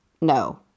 No